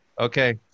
Okay